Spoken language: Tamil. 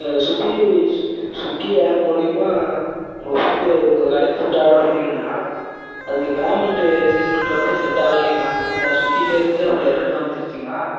ஸ்விக்கி ஸ்விக்கி ஆப் மூலயமா உங்கள் ஃபுட் உங்கள் கடையில் ஃபுட் ஆர்டர் பண்ணியிருந்தண்ணா அதுக்கு பேமெண்ட்டு செண்ட் பண்றரப்போ செண்ட் ஆகலைணா சுற்றிட்டே இருந்துச்சு அப்புறம் எரர் காமிச்சுருச்சுங்கணா